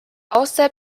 außer